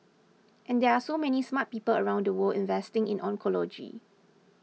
and there are so many smart people around the world investing in oncology